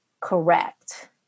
correct